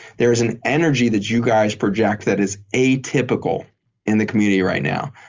there's an energy that you guys project that is atypical in the community right now.